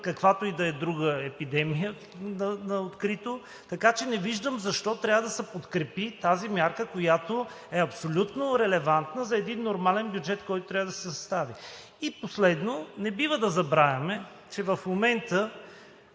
каквато и да е друга епидемия на открито. Така че не виждам защо трябва да се подкрепи тази мярка, която е абсолютно релевантна за един нормален бюджет, който трябва да се състави. Последно, не бива да забравяме, че в момента